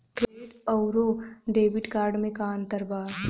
Credit अउरो debit card मे का अन्तर बा?